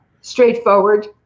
Straightforward